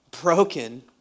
broken